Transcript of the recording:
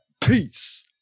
Peace